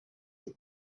and